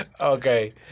Okay